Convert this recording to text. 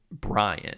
brian